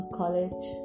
college